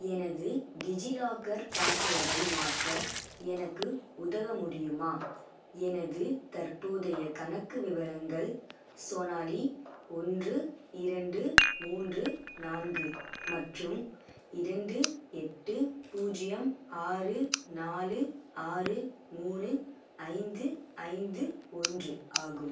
எனது டிஜிலாக்கர் பாஸ்வேர்டை மாற்ற எனக்கு உதவ முடியுமா எனது தற்போதைய கணக்கு விவரங்கள் சோனாலி ஒன்று இரண்டு மூன்று நான்கு மற்றும் இரண்டு எட்டு பூஜ்ஜியம் ஆறு நாலு ஆறு மூணு ஐந்து ஐந்து ஒன்று ஆகும்